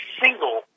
single